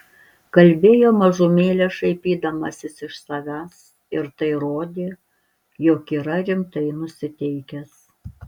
kalbėjo mažumėlę šaipydamasis iš savęs ir tai rodė jog yra rimtai nusiteikęs